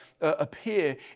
appear